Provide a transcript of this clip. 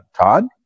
todd